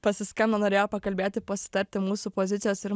pasiskambino norėjo pakalbėti pasitarti mūsų pozicijos ir